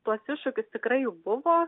tuos iššūkius tikrai jų buvo